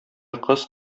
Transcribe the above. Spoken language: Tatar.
кыз